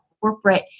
corporate